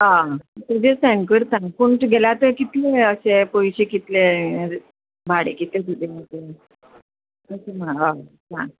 आं तेजेर सेंड करता पूण तुगेले आतां कितले अशे पयशे कितले भाडें कितलें तुजें तें अशें हय सांग